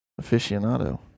aficionado